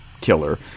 killer